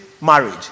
marriage